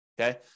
Okay